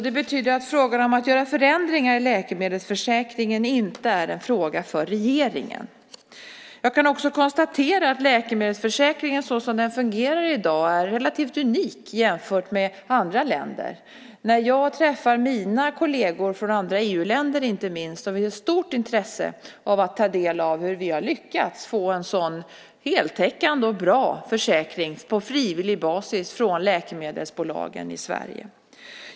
Det betyder att frågan om att göra förändringar i läkemedelsförsäkringen inte är en fråga för regeringen. Jag kan konstatera att läkemedelsförsäkringen, som den fungerar i dag, är relativt unik jämfört med andra länder. När jag träffar mina kolleger från, inte minst, andra EU-länder har de stort intresse av att ta del av hur vi har lyckats få en så heltäckande och bra försäkring på frivillig basis från läkemedelsbolagen i Sverige.